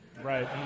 Right